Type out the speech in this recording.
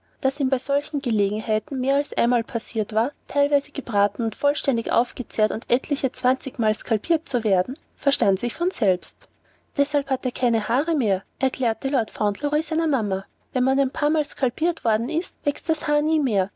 daß ihm bei solchen gelegenheiten mehr als einmal passiert war teilweise gebraten und vollständig aufgezehrt und etliche zwanzigmal skalpiert zu werden verstand sich von selbst deshalb hat er gar keine haare mehr erklärte lord fauntleroy seiner mama wenn man ein paarmal skalpiert worden ist wächst das haar nie mehr